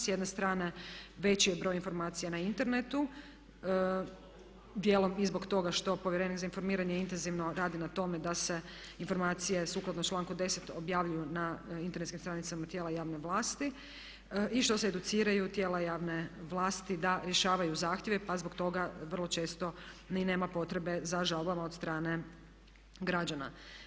S jedne strane veći je broj informacija na internetu, dijelom i zbog toga što povjerenik za informiranje intenzivno radi na tome da se informacije sukladno članku 10. objavljuju na internetskim stranicama tijela javne vlasti i što se educiraju tijela javne vlasti da rješavaju zahtjeve pa zbog toga vrlo često ni nema potrebe za žalbama od strane građana.